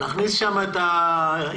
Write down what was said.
נכניס שם את ההסתייגות.